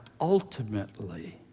ultimately